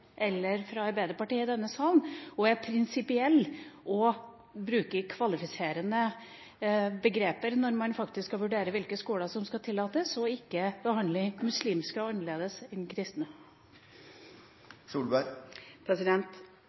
fra Arbeiderpartiet i denne salen, og er prinsipiell og bruker kvalifiserende begreper når man faktisk skal vurdere hvilke skoler som skal tillates, og ikke behandler muslimske skoler annerledes enn kristne.